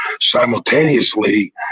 simultaneously